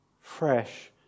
fresh